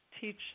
teach